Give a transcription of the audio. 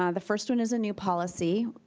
ah the first one is a new policy.